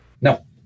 No